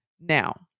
Now